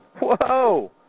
Whoa